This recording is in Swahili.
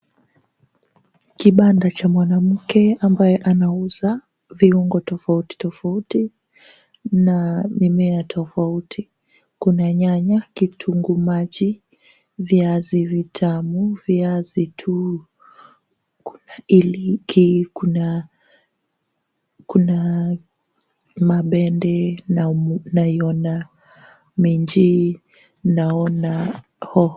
Kibanda cha mwanamke ambaye anauza viungo tofauti tofauti na mimea tofauti. Kuna nyanya, kitunguu maji, viazi vitamu, viazi, kuna iliki, kuna mabende, naona minji naona hoho.